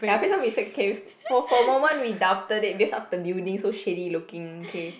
ya for for a moment we doubted it based of the building so shady looking okay